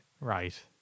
Right